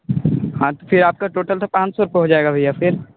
हाँ तो फिर आपका टोटल तो पाँच सौ रुपए हो जाएगा भैया फिर